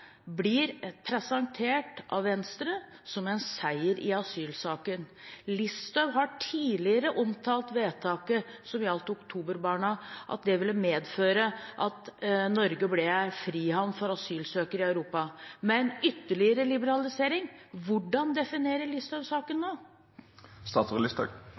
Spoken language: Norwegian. blir presentert av Venstre som en seier i asylsaken. Listhaug har tidligere sagt at vedtaket som gjaldt oktoberbarna, ville medføre at Norge ble en frihavn for asylsøkere i Europa. Med en ytterligere liberalisering, hvordan definerer Listhaug